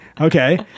Okay